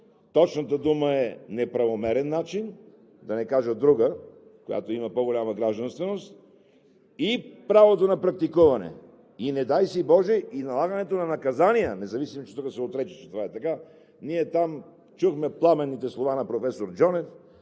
точната думата е „неправомерен“ начин, да не кажа друга, която има по-голяма гражданственост, и правото на практикуване. Не дай си боже и налагането на наказания, независимо че тук се отрече, че това е така. Ние там чухме пламенните слова на професор Джонев